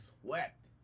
swept